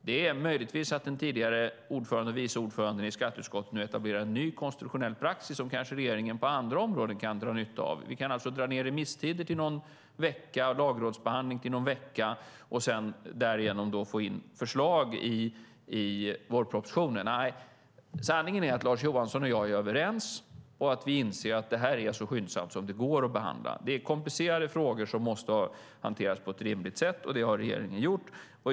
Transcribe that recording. Det är möjligtvis så den tidigare vice ordföranden i skatteutskottet nu etablerar en ny konstitutionell praxis som regeringen kanske kan dra nytta av på andra områden. Vi kan alltså dra ned remisstider till någon vecka och lagrådsbehandling till någon vecka och därigenom få in förslag i vårpropositionen. Sanningen är att Lars Johansson och jag är överens och att vi inser att det är så skyndsamt som det går att behandla. Det är komplicerade frågor som måste hanteras på ett rimligt sätt. Det har regeringen gjort.